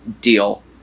deal